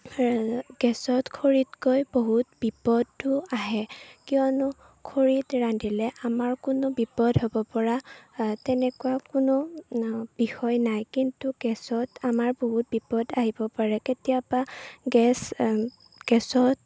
গেছত খৰিতকৈ বহুত বিপদো আহে কিয়নো খৰিত ৰান্ধিলে আমাৰ কোনো বিপদ হ'ব পৰা তেনেকুৱা কোনো বিষয় নাই কিন্তু গেছত আমাৰ বহুত বিপদ আহিব পাৰে কেতিয়াবা গেছ গেছত